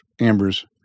Amber's